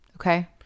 Okay